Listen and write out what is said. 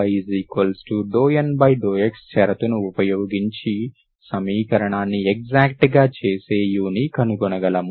మనము ఆ ∂M∂y∂N∂x షరతును ఉపయోగించి సమీకరణాన్ని ఎక్సాక్ట్ గా చేసే u ని కనుగొనగలము